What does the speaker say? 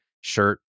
shirt